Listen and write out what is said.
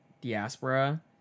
diaspora